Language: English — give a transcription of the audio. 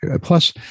Plus